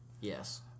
Yes